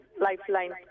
lifeline